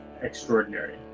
Extraordinary